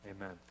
amen